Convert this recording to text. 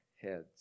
heads